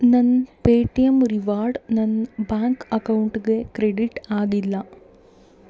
ನನ್ನ Paytm reward ನನ್ನ bank ಅಕೌಂಟ್ಗೆ ಕ್ರೆಡಿಟ್ ಆಗಿಲ್ಲ